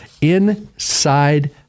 inside